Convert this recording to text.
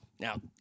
Now